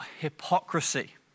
hypocrisy